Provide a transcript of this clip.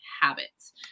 habits